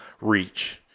reach